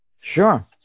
sure